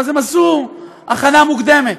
אז הם עשו הכנה מוקדמת.